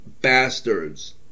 bastards